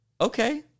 okay